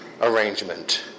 arrangement